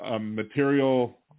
material